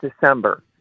December